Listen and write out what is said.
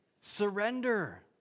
Surrender